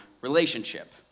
relationship